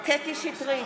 קטי קטרין שטרית,